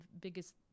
biggest